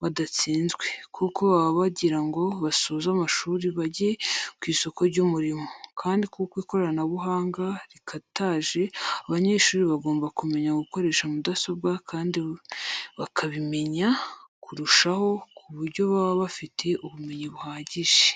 badatsinzwe, kuko baba bagira ngo basoze amashuri bajye ku isoko ry'umurimo. Kandi kuko ikoranabuhanga rikataje abanyeshuri bagomba kumenya gukoresha mudasobwa kandi bakabimenya kurushaho ku buryo baba bafite ubumenyi buhagije.